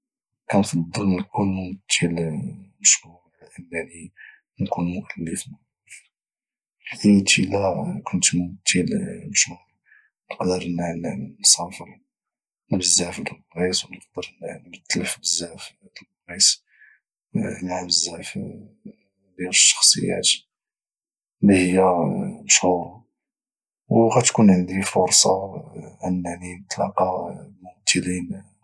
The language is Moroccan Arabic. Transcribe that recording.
كتفضل نكون ممثل مشهور على انني على انني نكون مؤلف معروف حيت الى كنت ممثل مشهور نقدر نقدر نسافر لبزاف د البلايص او نقدر نمتل في بزاف د البلايص مع بزاف ديال الشخصيات اللي هي مشهورة وغتكون عندي فرصة انني نتلاقا بممثلين خرين